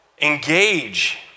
engage